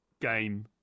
game